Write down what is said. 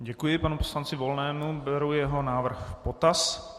Děkuji panu poslanci Volnému, beru jeho návrh v potaz.